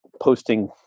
posting